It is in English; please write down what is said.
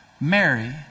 Mary